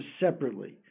separately